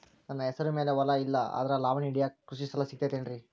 ನನ್ನ ಹೆಸರು ಮ್ಯಾಲೆ ಹೊಲಾ ಇಲ್ಲ ಆದ್ರ ಲಾವಣಿ ಹಿಡಿಯಾಕ್ ಕೃಷಿ ಸಾಲಾ ಸಿಗತೈತಿ ಏನ್ರಿ?